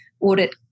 audit